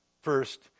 first